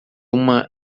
uma